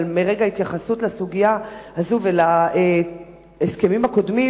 אבל מרגע ההתייחסות לסוגיה הזאת ולהסכמים הקודמים,